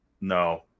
No